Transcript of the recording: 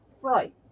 Right